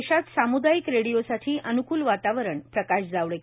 देशात साम्दायिक रेडिओसाठी अनुकूल वातावरण प्रकाश जावडेकर